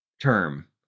term